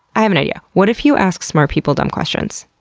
i have an idea. what if you ask smart people dumb questions?